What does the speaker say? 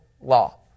law